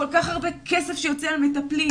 כל כך הרבה כסף שיוצא על מטפלים,